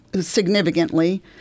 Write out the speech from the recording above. significantly